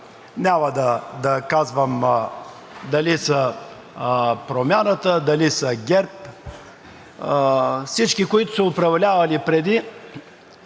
няма да казвам дали са Промяната, дали са ГЕРБ – всички, които са управлявали преди